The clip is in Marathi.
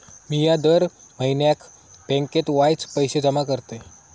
मिया दर म्हयन्याक बँकेत वायच पैशे जमा करतय